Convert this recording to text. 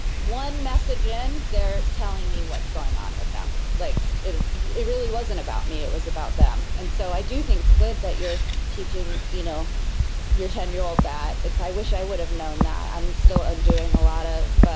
one message in, they're telling me what's going on with them. like it it really wasn't about me, it was about them, and so i do think it's good that you're teaching you know your ten year old that. i wish i would have known that. i'm still undoing a lot of